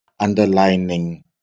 underlining